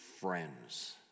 friends